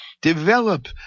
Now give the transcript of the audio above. Develop